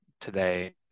today